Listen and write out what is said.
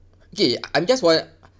okay I'm just wondering